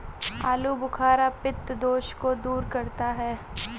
आलूबुखारा पित्त दोष को दूर करता है